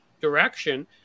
direction